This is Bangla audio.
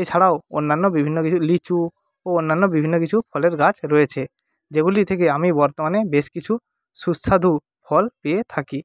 এছাড়াও অন্যান্য বিভিন্ন কিছু লিচু ও অন্যান্য বিভিন্ন কিছু ফলের গাছ রয়েছে যেগুলি থেকে আমি বর্তমানে বেশ কিছু সুস্বাদু ফল পেয়ে থাকি